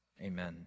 Amen